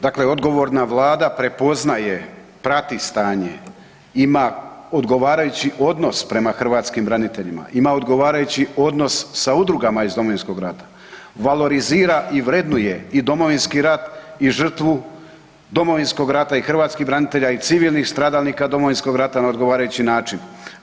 Dakle, odgovorna Vlada prepoznaje, prati stanje, ima odgovarajući odnos prema hrvatskim braniteljima, ima odgovarajući odnos sa udrugama iz Domovinskog rata, valorizira i vrednuje i Domovinski rat i žrtvu Domovinskog rata i hrvatskih branitelja i civilnih stradalnika Domovinskog rata na odgovarajući način.